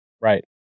Right